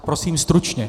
Prosím stručně.